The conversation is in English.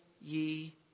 ye